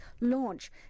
launch